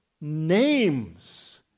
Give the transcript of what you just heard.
names